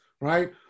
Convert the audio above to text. right